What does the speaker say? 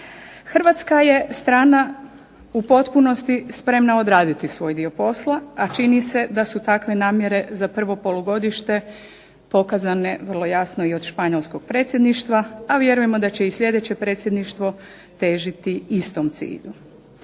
Hrvatska je strana u potpunosti spremna odraditi svoj dio posla, a čini se da su takve namjere za prvo polugodište pokazane vrlo jasno i od španjolskog predsjedništva, a vjerujemo da će i sljedeće predsjedništvo težiti istom cilju.